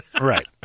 right